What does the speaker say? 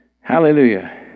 Hallelujah